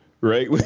right